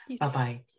Bye-bye